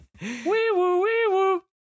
Wee-woo-wee-woo